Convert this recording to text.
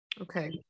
Okay